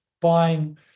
buying